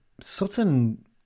Sutton